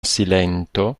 silento